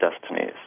destinies